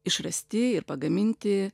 išrasti ir pagaminti